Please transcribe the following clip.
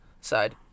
side